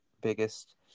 biggest